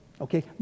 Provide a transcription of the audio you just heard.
Okay